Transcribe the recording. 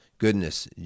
goodness